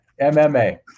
MMA